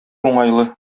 уңайлы